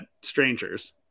strangers